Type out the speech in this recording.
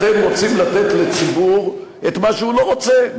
אתם רוצים לתת לציבור את מה שהוא לא רוצה.